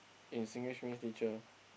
in Singlish means teacher